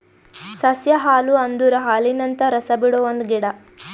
ಸಸ್ಯ ಹಾಲು ಅಂದುರ್ ಹಾಲಿನಂತ ರಸ ಬಿಡೊ ಒಂದ್ ಗಿಡ